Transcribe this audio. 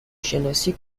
شناسی